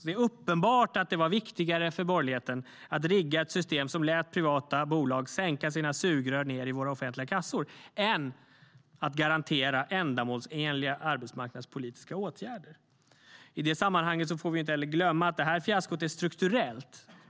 Det är uppenbart att det var viktigare för borgerligheten att rigga ett system som lät privata bolag sänka sina sugrör ned i våra offentliga kassor än att garantera ändamålsenliga arbetsmarknadspolitiska åtgärder.I det sammanhanget får vi inte heller glömma att det fiaskot är strukturellt.